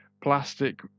plastic